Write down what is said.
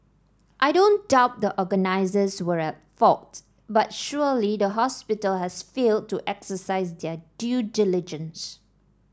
I don't doubt the organisers were at fault but surely the hospital has failed to exercise their due diligence